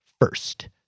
first